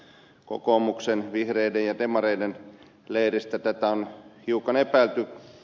kokoomuksen vihreiden ja demareiden leiristä tätä on hiukan epäilty